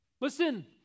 Listen